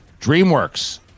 DreamWorks